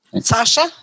Sasha